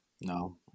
No